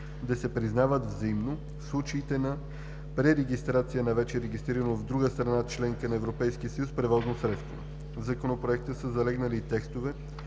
да се признават взаимно в случаите на пререгистрация на вече регистрирано от друга страна – членка на Европейския съюз, превозно средство. В Законопроекта са залегнали и текстове,